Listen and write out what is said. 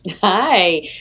Hi